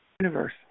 universe